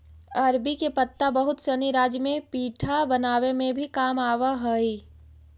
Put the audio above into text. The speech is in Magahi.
अरबी के पत्ता बहुत सनी राज्य में पीठा बनावे में भी काम आवऽ हई